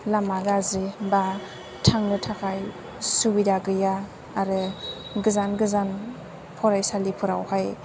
लामा गाज्रि बा थांनो थाखाय सुबिदा गैया आरो गोजान गोजान फरायसालि फोरावहाय